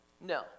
No